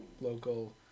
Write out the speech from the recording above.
local